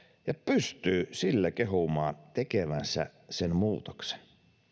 ja pystyy sillä kehumaan tekevänsä sen muutoksen